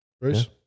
Bruce